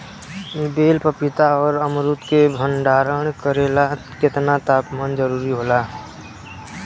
बेल पपीता और अमरुद के भंडारण करेला केतना तापमान जरुरी होला?